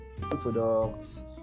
products